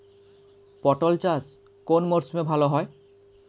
পটল চাষ কোন মরশুমে ভাল হয়?